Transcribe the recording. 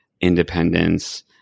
independence